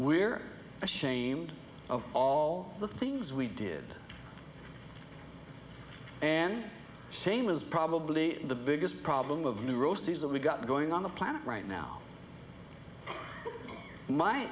we're ashamed of all the things we did and saying was probably the biggest problem of neuroses that we've got going on the planet right now my